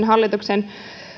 hallituksen